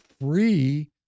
free